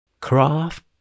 Craft